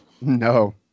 No